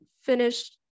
finished